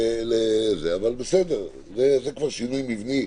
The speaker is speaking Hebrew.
זה כבר שינוי מבני,